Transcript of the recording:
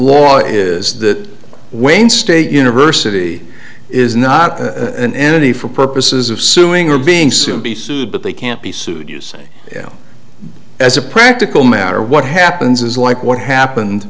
law is that wayne state university is not a in any for purposes of suing or being sued be sued but they can't be sued you say as a practical matter what happens is like what happened